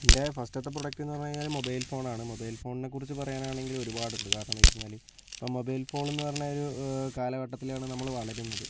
എൻ്റെ ഫസ്റ്റത്തെ പ്രൊഡക്ടെന്ന് പറഞ്ഞു കഴിഞ്ഞാല് മൊബൈൽ ഫോണാണ് മൊബൈൽ ഫോണിനെക്കുറിച്ച് പറയാനാണെങ്കിൽ ഒരുപാടുണ്ട് കാരണം എന്താണെന്ന് വച്ച് കഴിഞ്ഞാല് ഇപ്പോൾ മൊബൈൽ ഫോണെന്ന് പറഞ്ഞ ഒരു കാലഘത്തിലാണ് നമ്മള് വളരുന്നത്